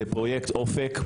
שפרויקט אופק,